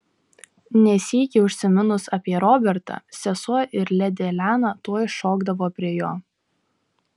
ne sykį užsiminus apie robertą sesuo ir ledi elena tuoj šokdavo prie jo